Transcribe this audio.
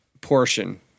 portion